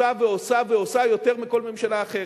עושה ועושה ועושה יותר מכל ממשלה אחרת.